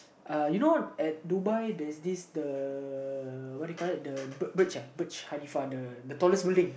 uh you know at Dubai there's this the what you call that the ah the Halifa tallest building